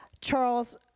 Charles